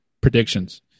predictions